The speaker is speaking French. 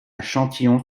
châtillon